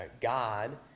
God